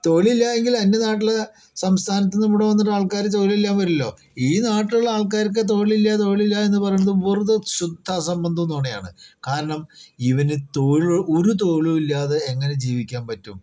തൊഴിലില്ലായെങ്കിൽ അന്യ നാട്ടിലെ സംസ്ഥാനത്ത് നിന്ന് ഇവിടെ വന്നിട്ട് ആൾക്കാർ തൊഴിൽ ചെയ്യാൻ വരില്ലല്ലോ ഈ നാട്ടിലുള്ള ആൾക്കാർക്ക് തൊഴിലില്ലാ തൊഴിലില്ലാ എന്ന് പറയുന്നത് വെറുതെ ശുദ്ധ അസംബന്ധവും നുണയുമാണ് കാരണം ഇവന് തൊഴിൽ ഒരു തൊഴിലുമില്ലാതെ എങ്ങനെ ജീവിക്കാൻ പറ്റും